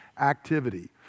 activity